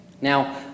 Now